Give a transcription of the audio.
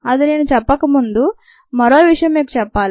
అది నేను చెప్పక ముందు మరో విషయం మీకు చెప్పాలి